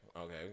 okay